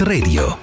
Radio